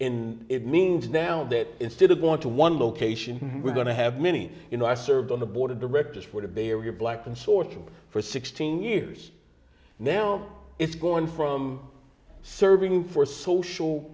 in it means now that instead of want to one location we're going to have many you know i served on the board of directors for the bay area black consortium for sixteen years now it's gone from serving for social